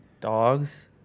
Dogs